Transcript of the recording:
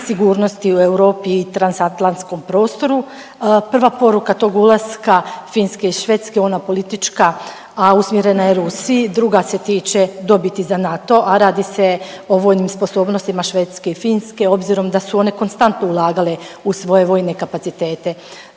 sigurnosti u Europi i transatlantskom prostoru. Prva poruka tog ulaska Finske i Švedske, ona politička, a usmjerena je Rusiji, druga se tiče dobiti za NATO, a radi se o vojnim sposobnostima Švedske i Finske obzirom da su one konstantno ulagale u svoje vojne kapacitete.